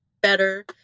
better